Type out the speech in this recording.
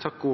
Takk